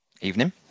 Evening